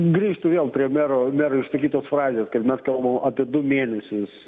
grįžtu vėl prie mero mero išsakytos frazės kad mes kalbam apie du mėnesius